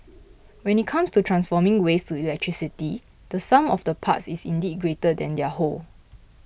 when it comes to transforming waste to electricity the sum of the parts is indeed greater than their whole